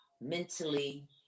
mentally